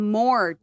more